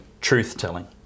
truth-telling